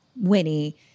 Winnie